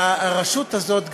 ברשות הזאת,